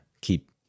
keep